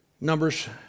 Numbers